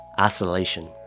Isolation